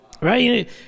Right